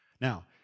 Now